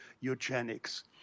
eugenics